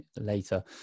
later